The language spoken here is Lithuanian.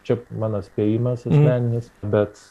čia mano spėjimas asmeninis bet